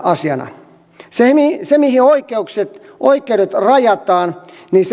asiana se mihin oikeudet rajataan